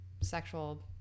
sexual